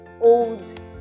Old